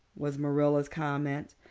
was marilla's comment.